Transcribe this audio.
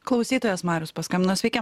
klausytojas marius paskambino sveiki